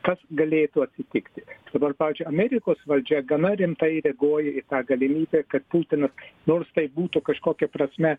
kas galėtų atsitikti dabar pavyzdžiui amerikos valdžia gana rimtai reaguoja į tą galimybę kad putinas nors tai būtų kažkokia prasme